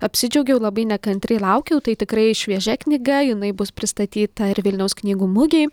apsidžiaugiau labai nekantriai laukiau tai tikrai šviežia knyga jinai bus pristatyta ir vilniaus knygų mugėj